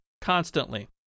constantly